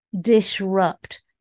disrupt